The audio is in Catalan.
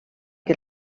que